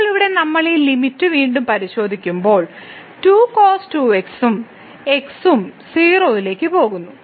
ഇപ്പോൾ ഇവിടെ നമ്മൾ ഈ ലിമിറ്റ് വീണ്ടും പരിശോധിക്കുമ്പോൾ 2cos 2x ഉം x ഉം 0 ലേക്ക് പോകുന്നു